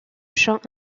chant